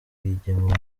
rwigema